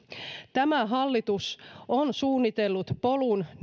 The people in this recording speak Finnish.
tämä hallitus on suunnitellut polun